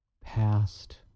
past